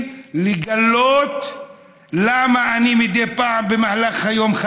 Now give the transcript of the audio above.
מתחיל לגלות למה אני מדי פעם חלש במהלך היום,